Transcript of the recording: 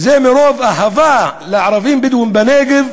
זה מרוב אהבה לערבים הבדואים בנגב?